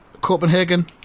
copenhagen